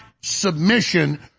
submission